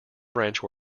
branch